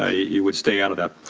ah you would stay out of that.